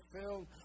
filled